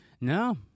No